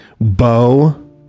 Bo